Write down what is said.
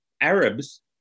Arabs